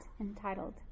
entitled